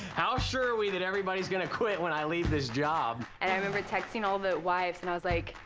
how sure are we that everybody's gonna quit when i leave this job? and i remember texting all of the wives, and i was like,